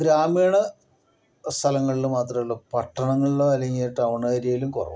ഗ്രാമീണ സ്ഥലങ്ങളില് മാത്രമല്ല പട്ടണങ്ങളിലോ അല്ലെങ്കിൽ ടൗൺ ഏരിയയിലും കുറവാണ്